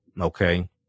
okay